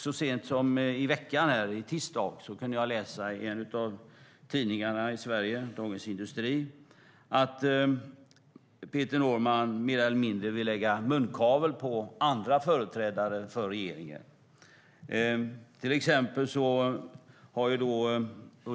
Så sent som i veckan, i tisdags, kunde jag läsa i Dagens Industri att Peter Norman mer eller mindre vill lägga munkavle på andra företrädare för regeringen.